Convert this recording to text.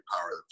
power